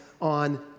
on